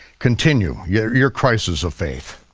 continue yeah your crisis of faith.